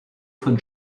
von